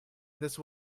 this